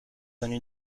ennuis